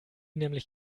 nämlich